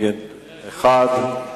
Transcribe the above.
מתנגד אחד,